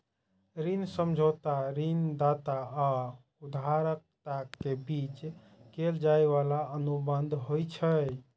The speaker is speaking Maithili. ऋण समझौता ऋणदाता आ उधारकर्ता के बीच कैल जाइ बला अनुबंध होइ छै